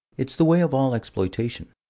it's the way of all exploitation.